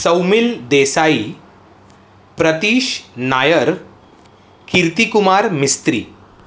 Saumil Desai Pratish Nair Kirtikumar Mistry